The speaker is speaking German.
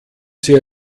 sie